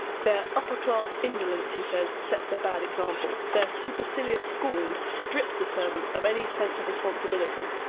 their upper class indolence he says sets a bad example. their supercilious scorn strips the servant of any sense of responsibility.